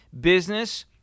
business